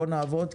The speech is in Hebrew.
בואו נעבוד,